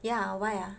ya why ah